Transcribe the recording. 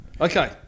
Okay